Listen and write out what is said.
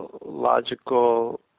logical